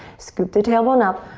scoop the tailbone up,